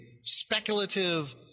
speculative